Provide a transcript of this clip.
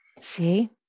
See